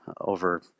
over